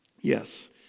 Yes